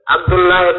Abdullah